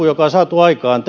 joka on saatu aikaan